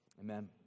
amen